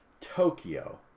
Tokyo